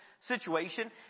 situation